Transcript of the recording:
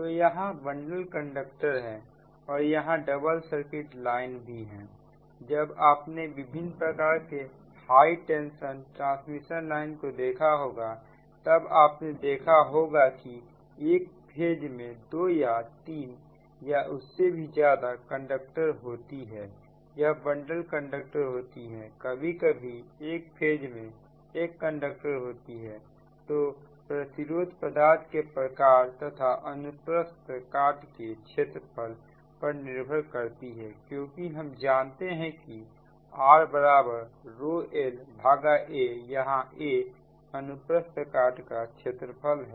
तो यहां bundle conductor है और यहां डबल सर्किट लाइन भी है जब आपने विभिन्न प्रकार के हाई टेंशन ट्रांसमिशन लाइन को देखा होगा तब आपने देखा होगा कि एक फेज में दो या तीन या उससे भी ज्यादा कंडक्टर होती है यह बंडल कंडक्टर होती है कभी कभी एक फेज में एक कंडक्टर होती है तो प्रतिरोध पदार्थ के प्रकार तथा अनुप्रस्थ काट के क्षेत्रफल पर निर्भर करती है क्योंकि हम जानते हैं कि r laयहां a अनुप्रस्थ काट का क्षेत्रफल है